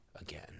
again